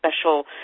special